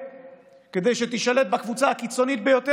כדי שתישלט על ידי קבוצה הקיצונית ביותר,